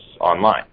online